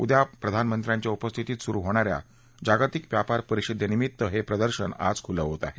उद्या प्रधानमंत्र्यांच्या उपस्थितीत सुरु होणा या जागतिक व्यापार परिषदेनिमित्त हे प्रदर्शन आज खुलं होत आहे